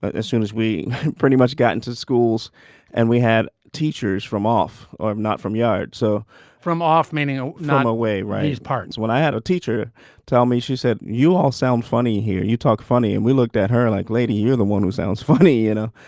ah as soon as we pretty much got into schools and we had teachers from off or not from yard so from off meaning ah not away raised parts when i had a teacher tell me she said you all sound funny you hear you talk funny and we looked at her like lady you're the one who sounds funny you know.